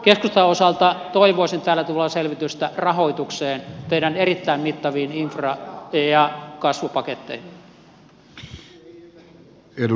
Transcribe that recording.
keskustan osalta toivoisin täällä tulevan selvitystä rahoitukseen teidän erittäin mittaviin infra ja kasvupaketteihinne